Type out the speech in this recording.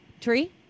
Tree